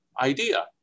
idea